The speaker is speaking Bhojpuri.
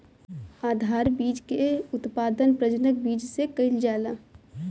आधार बीज के उत्पादन प्रजनक बीज से कईल जाला